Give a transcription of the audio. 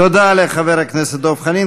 תודה לחבר הכנסת דב חנין.